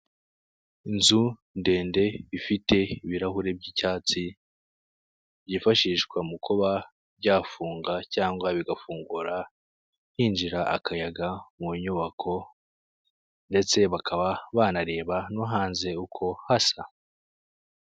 Inzu ndende ifite ibirahuri by'icyatsi byifashishwa mu kuba byafunga cyangwa bigafungura hinjira akayaga mu nyubako, ndetse bakaba banareba no hanze uko hasa.